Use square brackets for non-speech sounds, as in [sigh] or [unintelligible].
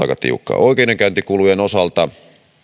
[unintelligible] aika tiukkaan oikeudenkäyntikulujen osalta